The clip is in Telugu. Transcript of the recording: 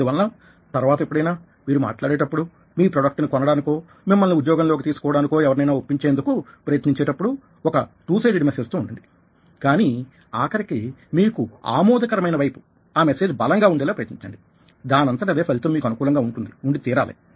అందువలన తర్వాత ఎప్పుడైనా మీరు మాట్లాడేటప్పుడు మీ ప్రొడక్ట్ ని కొనడానికో మిమ్మల్ని ఉద్యోగంలోకి తీసుకోవడానికో ఎవరినైనా ఒప్పించేందుకు ప్రయత్నించేటప్పుడు ఒక టు సైడెడ్ మెసేజ్ తో ఉండండి కానీ ఆఖరికి మీకు ఆమోదకరమైన వైపు ఆ మెసేజ్ బలంగా ఉండేలా ప్రయత్నించండి దానంతటదే ఫలితం మీకు అనుకూలంగా ఉంటుంది ఉండి తీరాలి